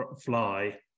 fly